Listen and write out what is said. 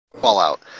Fallout